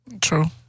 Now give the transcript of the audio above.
True